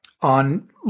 on